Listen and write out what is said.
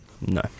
No